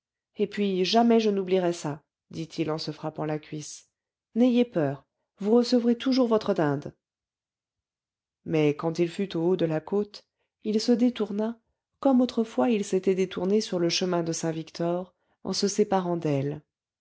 et puis jamais je n'oublierai ça dit-il en se frappant la cuisse n'ayez peur vous recevrez toujours votre dinde mais quand il fut au haut de la côte il se détourna comme autrefois il s'était détourné sur le chemin de saint-victor en se séparant d'elle